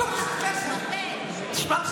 טייס מתנדב, הוא לא חייב לך שום דבר.